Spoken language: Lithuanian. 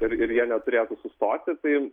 ir ir jie neturėtų sustoti tai